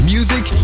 Music